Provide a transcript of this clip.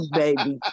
baby